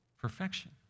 perfection